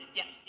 yes